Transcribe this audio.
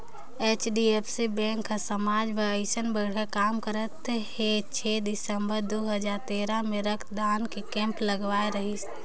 HDFC bank हर समाज बर अइसन बड़खा काम करत हे छै दिसंबर दू हजार तेरा मे रक्तदान के केम्प लगवाए रहीस